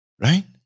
right